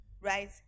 right